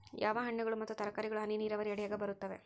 ಯಾವ ಹಣ್ಣುಗಳು ಮತ್ತು ತರಕಾರಿಗಳು ಹನಿ ನೇರಾವರಿ ಅಡಿಯಾಗ ಬರುತ್ತವೆ?